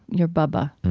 your bubbeh,